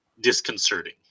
disconcerting